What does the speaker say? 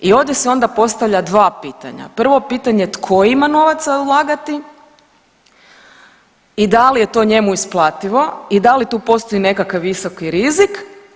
I ovdje se onda postavlja dva pitanja, prvo pitanje tko ima novaca ulagati i da li je to njemu isplativo i da li tu postoji nekakav visoki rizik?